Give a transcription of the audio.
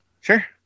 Sure